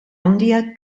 handiak